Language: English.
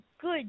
good